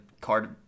card